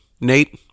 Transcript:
Nate